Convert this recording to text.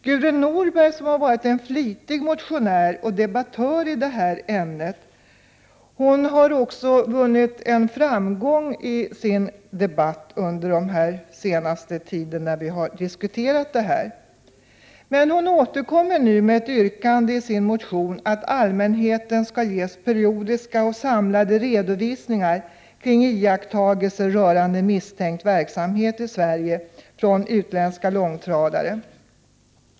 Gudrun Norberg har som varit en flitig motionär och debattör när det gäller TIR-bilarna har också vunnit en framgång genom sin argumentation när vi under den senaste tiden har diskuterat dessa långtradarbilar. Nu återkommer Gudrun Norberg med ett yrkande i sin motion, att allmänheten skall ges periodiska och samlade redovisningar kring iakttagelser rörande misstänkt verksamhet i Sverige från utländska långtradare.